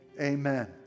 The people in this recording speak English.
amen